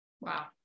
Wow